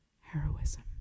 heroism